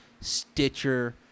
Stitcher